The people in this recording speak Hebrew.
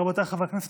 רבותיי חבר הכנסת,